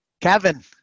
Kevin